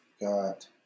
Got